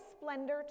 splendor